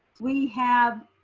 we have